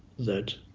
that